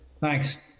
Thanks